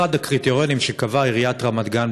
אחד הקריטריונים שקבעה עיריית רמת-גן